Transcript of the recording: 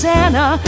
Santa